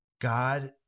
God